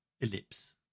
Ellipse